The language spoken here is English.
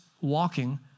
walking